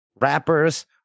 rappers